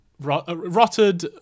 Rotted